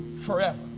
forever